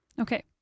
Okay